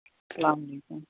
السلام علیکُم